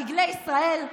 דגלי ישראל.